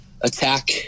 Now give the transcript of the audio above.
attack